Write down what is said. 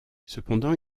cependant